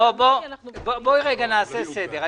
בואו נעשה סדר.